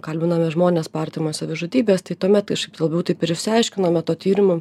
kalbinome žmones po artimojo savižudybės tai tuomet labiau taip ir išsiaiškinome to tyrimo